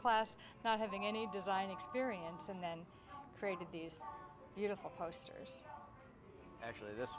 class not having any design experience and then created these beautiful posters actually this